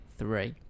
three